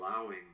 allowing